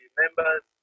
members